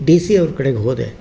D C ಅವ್ರ ಕಡೆಗೆ ಹೋದೆ